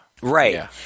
Right